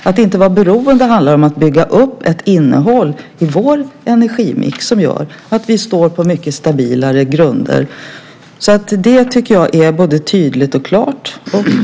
Att inte vara beroende handlar om att bygga upp ett innehåll i vår energimix som gör att vi står på mycket stabilare grunder. Det tycker jag är både tydligt och klart.